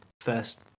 first